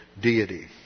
deity